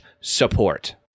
support